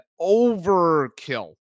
overkill